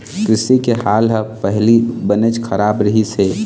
कृषि के हाल ह पहिली बनेच खराब रहिस हे